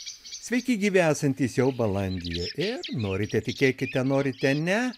sveiki gyvi esantys jau balandyje ir norite tikėkite norite ne